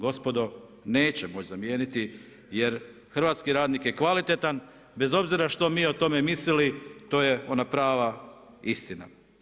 Gospodo, neće moći zamijeniti jer hrvatski radnik je kvalitetan bez obzira što mi o tome mislili to je ona prava istina.